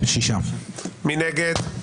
6 נגד,